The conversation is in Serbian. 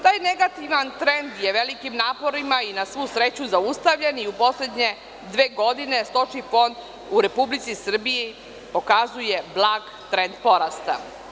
Taj negativan trend je velikim naporima i na svu sreću zaustavljen i u poslednje dve godine stočni fond u Republici Srbiji pokazuje blag trend porasta.